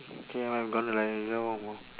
K I'm gonna like you know